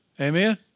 Amen